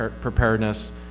preparedness